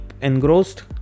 engrossed